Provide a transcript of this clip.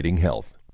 health